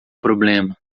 problema